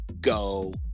go